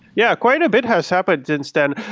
yeah. quite a bit has happened since then.